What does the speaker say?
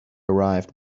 arrived